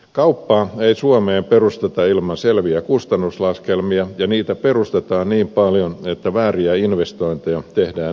kauppaa ei suomeen perusteta ilman selviä kustannuslaskelmia ja niitä perustetaan niin paljon että vääriä investointeja tehdään aika harvoin